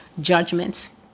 judgments